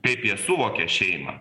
kaip jie suvokia šeimą